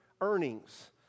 earnings